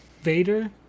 Vader